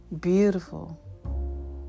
beautiful